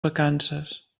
vacances